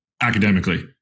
academically